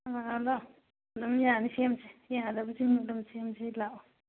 ꯑꯥ ꯂꯥꯛꯑꯣ ꯑꯗꯨꯝ ꯌꯥꯅꯤ ꯁꯦꯝꯁꯤ ꯌꯥꯗꯕꯁꯤꯡ ꯑꯗꯨꯝ ꯁꯦꯝꯁꯤ ꯂꯥꯛꯑꯣ